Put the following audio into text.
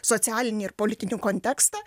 socialinį ir politinį kontekstą